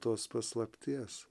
tos paslapties